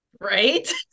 Right